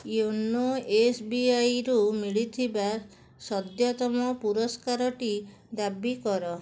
YONO ଏସ୍ବିଆଇରୁ ମିଳିଥିବା ସଦ୍ୟତମ ପୁରସ୍କାରଟି ଦାବି କର